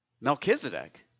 Melchizedek